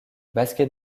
basket